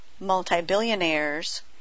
multi-billionaires